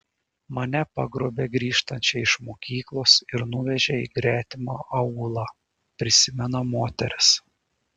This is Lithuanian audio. mane pagrobė grįžtančią iš mokyklos ir nuvežė į gretimą aūlą prisimena moteris